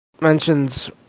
mentions